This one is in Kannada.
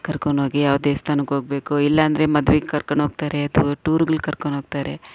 ಕರ್ಕೊಂಡೋಗಿ ಯಾವ ದೇವಸ್ಥಾನಕ್ಕೆ ಹೋಗ್ಬೇಕೊ ಇಲ್ಲಾಂದ್ರೆ ಮದ್ವೆಗೆ ಕರ್ಕೊಂಡೋಗ್ತಾರೆ ಅಥವಾ ಟೂರ್ಗಳ್ಗೆ ಕರ್ಕೊಂಡೋಗ್ತಾರೆ